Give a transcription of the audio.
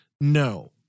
No